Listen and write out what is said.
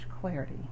clarity